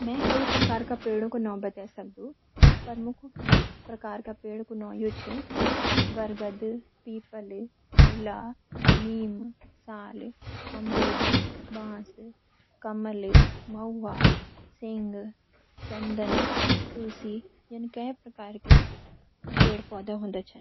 मैं कई प्रकार का पेड़ों का नौ बते सकदु कुछ प्रमुख प्रकार का पेड़ों कु नौ यू छ: बर्गद (Peepal) अवला (Amla) नीम (Neem) साल (Sal) अमरूद (Guava) बांस (Bamboo) कमल (Lotus tree) महुआ (Mahua) सिंह (Bael) चंदन (Sandalwood) तुलसी (Holy Basil)